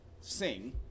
Sing